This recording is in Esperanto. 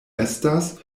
estas